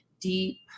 deep